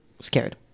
scared